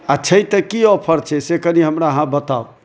आओर छै तऽ कि ऑफर छै से कनि हमरा अहाँ बताउ